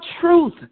truth